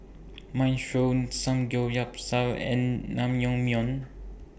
Minestrone Samgeyopsal and Naengmyeon